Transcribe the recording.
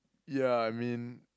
ya I mean